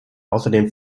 außerdem